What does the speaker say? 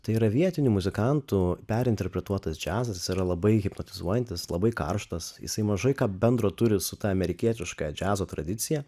tai yra vietinių muzikantų perinterpretuotas džiazas yra labai hipnotizuojantis labai karštas jisai mažai ką bendro turi su ta amerikietiškaja džiazo tradicija